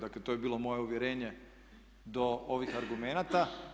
Dakle, to je bilo moje uvjerenje do ovih argumenata.